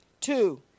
Two